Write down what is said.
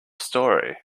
story